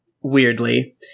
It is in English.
weirdly